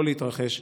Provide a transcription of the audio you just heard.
לא להתרחש,